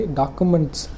documents